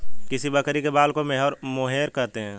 किस बकरी के बाल को मोहेयर कहते हैं?